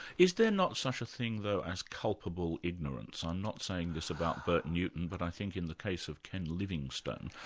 is there not such a thing as culpable ignorance, i'm not saying this about bert newton but i think in the case of ken livingstone.